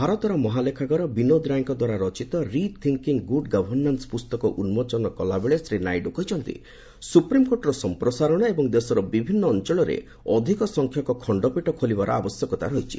ଭାରତର ମହାଲେଖାଗାର ବିନୋଦ ରାଏଙ୍କ ଦ୍ୱାରା ରଚିତ 'ରି ଥିଙ୍କିଙ୍ଗ୍ ଗୁଡ୍ ଗଭର୍ଷାନ୍ସ' ପୁସ୍ତକ ଉନ୍କୋଚନ କଲାବେଳେ ଶ୍ରୀ ନାଇଡୁ କହିଛନ୍ତି ସୁପ୍ରିମ୍କୋର୍ଟର ସମ୍ପ୍ରସାରଣ ଏବଂ ଦେଶର ବିଭିନ୍ନ ଅଞ୍ଚଳରେ ଅଧିକ ସଂଖ୍ୟକ ଖଣ୍ଡପୀଠ ଖୋଲିବାର ଆବଶ୍ୟକ ରହିଛି